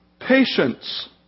patience